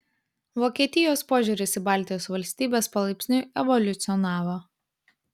vokietijos požiūris į baltijos valstybes palaipsniui evoliucionavo